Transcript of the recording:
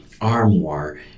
armoire